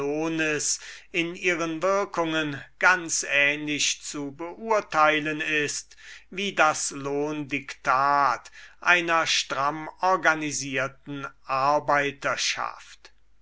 in ihren wirkungen ganz ähnlich zu beurteilen ist wie das lohndiktat einer stramm organisierten arbeiterschaft